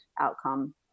outcome